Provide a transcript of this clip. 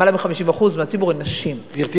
למעלה מ-50% מהציבור הם נשים.